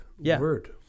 word